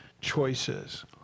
choices